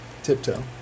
Tiptoe